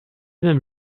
même